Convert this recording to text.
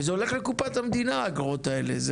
וזה הולך לקופת המדינה האגרות האלה.